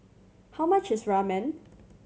how much is Ramen